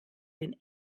den